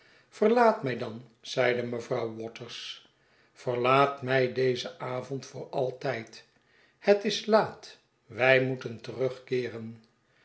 verlaat mij dan zeide mevrouw waters verlaat mij dezen avond voor altijd het is laat wij moeten terugkeeren